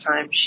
time